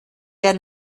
der